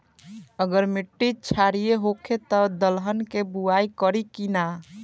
अगर मिट्टी क्षारीय होखे त दलहन के बुआई करी की न?